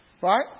Right